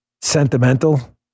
sentimental